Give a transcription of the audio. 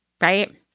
right